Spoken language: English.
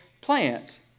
plant